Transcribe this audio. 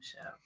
show